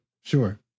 sure